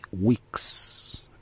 weeks